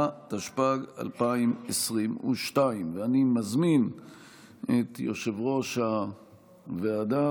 התשפ"ג 2022. אני מזמין את יושב-ראש הוועדה